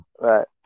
Right